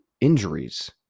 injuries